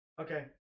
Okay